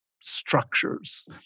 structures